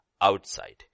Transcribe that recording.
outside